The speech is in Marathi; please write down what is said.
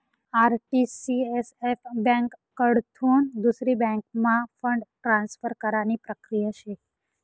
आर.टी.सी.एस.एफ ब्यांककडथून दुसरी बँकम्हा फंड ट्रान्सफर करानी प्रक्रिया शे